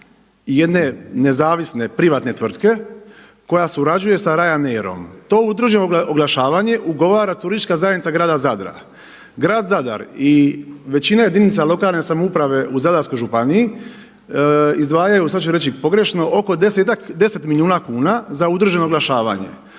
jedne nezavisne privatne tvrtke koja surađuje sa Ryanairom. To udruženo oglašavanje ugovara Turistička zajednica grada Zadra. Grad Zadar i većina jedinica lokalne samouprave u Zadarskoj županiji izdvajaju, sada ću reći pogrešno oko 10-ak, 10 milijuna kuna za udruženo oglašavanje.